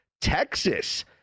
Texas